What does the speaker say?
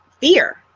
fear